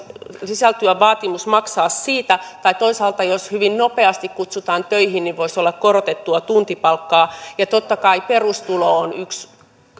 sisältyä vaatimus maksaa siitä tai toisaalta jos hyvin nopeasti kutsutaan töihin voisi olla korotettua tuntipalkkaa ja totta kai perustulo